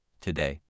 today